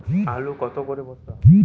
আলু কত করে বস্তা?